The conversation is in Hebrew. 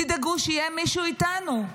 תדאגו שיהיה מישהו איתנו,